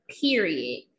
Period